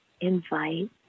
invite